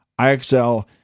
IXL